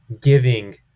giving